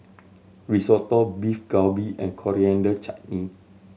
Risotto Beef Galbi and Coriander Chutney